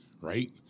right